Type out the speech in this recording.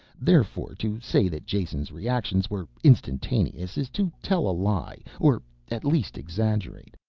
therefore to say that jason's reactions were instantaneous is to tell a lie, or at least exaggerate.